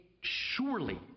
surely